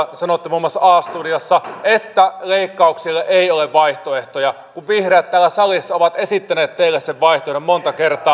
sanoitte muun muassa a studiossa että leikkauksille ei ole vaihtoehtoja vaikka vihreät täällä salissa ovat esittäneet teille sen vaihtoehdon monta kertaa